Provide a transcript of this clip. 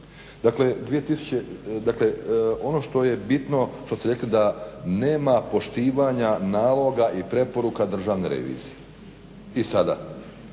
Dakle ono što je bitno što ste rekli da nema poštivanja naloga i preporuka Državne revizije. I sada,